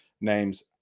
names